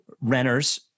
renters